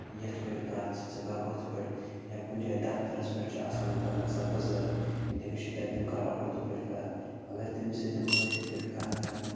یِتھ پٲٹھۍ کَر ژٕ ژٕ کَر ہُتھ پٲٹھۍ یا کُنہِ جایہِ دفتَرس پٮ۪ٹھ چھُ آسان کانٛہہ گَژھان بٕزرگ تٔمِس چھِ تَتہِ تِم کَران اُردو پٲٹھۍ کَتھ اَگر تٔمِس سۭتۍ تِم کٲشِر پٲٹھۍ کَتھ کَرنَس